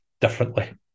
differently